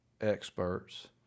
experts